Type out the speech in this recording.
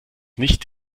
nicht